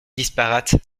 disparate